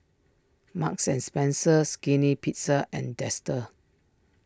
Marks and Spencer Skinny Pizza and Dester